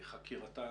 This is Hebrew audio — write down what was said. חקירתן,